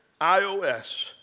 iOS